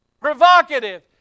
Provocative